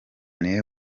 niwe